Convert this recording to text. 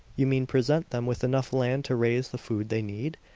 you mean present them with enough land to raise the food they need?